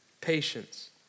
patience